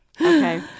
Okay